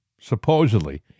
supposedly